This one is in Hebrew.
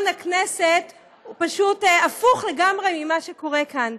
הכנסת הוא פשוט הפוך לגמרי ממה שקורה כאן,